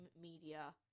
media